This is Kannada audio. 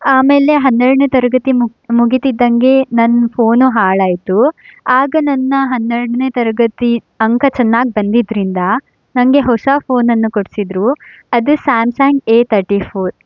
ಆಮೇಲೆ ಹನ್ನೆರಡನೇ ತರಗತಿ ಮುಗ್ ಮುಗಿತಿದ್ದಂಗೆ ನನ್ನ ಫೋನು ಹಾಳಾಯಿತು ಆಗ ನನ್ನ ಹನ್ನೆರಡನೇ ತರಗತಿ ಅಂಕ ಚೆನ್ನಾಗಿ ಬಂದಿದ್ದರಿಂದ ನನಗೆ ಹೊಸ ಫೋನನ್ನು ಕೊಡಿಸಿದರು ಅದು ಸ್ಯಾಮ್ಸಂಗ್ ಎ ಥರ್ಟಿ ಫೋರ್